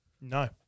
No